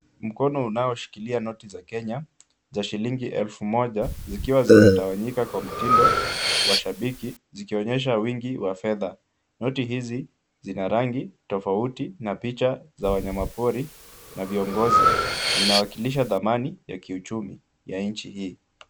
Mkono unaoshikilia noti za Kenya za shilingi elfu moja zikiwa zimetawanyika kwa mtindo wa shabiki zikionyesha wingi wa pesa. Noti hizi zina rangi tofauti na picha za wanyama pori na viongozi. Zinawakilisha thamani ya kiuchumi za nchi hii.